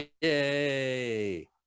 Yay